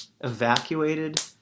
evacuated